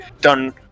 done